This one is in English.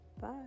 Bye